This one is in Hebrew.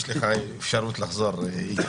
יש לך אפשרות לחזור, יגאל.